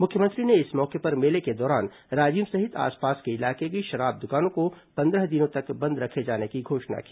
मुख्यमंत्री ने इस मौके पर मेले के दौरान राजिम सहित आसपास के इलाके की शराब दुकानों को पंद्रह दिनों तक बंद रखे जाने की घोषणा की